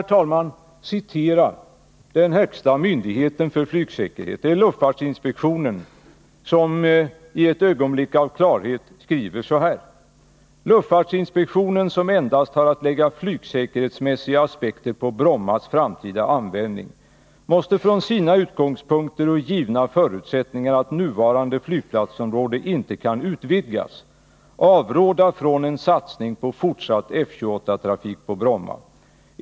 Jag skall, herr talman, citera vad den högsta myndigheten för flygsäkerheten, luftfartsinspektionen, i ett ögonblick av klarhet uttalat: ”Luftfartsinspektionen, som endast har att lägga flygsäkerhetsmässiga aspekter på Brommas framtida användning, måste från sina utgångspunkter och givna förutsättningar att nuvarande flygplatsområde inte kan utvidgas, avråda från en satsning på fortsatt F-28-trafik på Bromma.